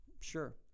Sure